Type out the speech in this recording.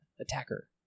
attacker